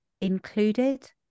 included